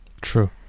True